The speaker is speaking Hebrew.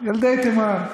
ילדי תימן.